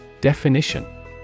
Definition